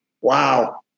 wow